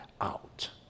out